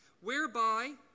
whereby